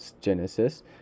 Genesis